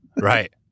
right